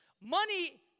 Money